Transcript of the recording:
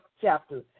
chapter